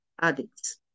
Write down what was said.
addicts